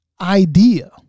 Idea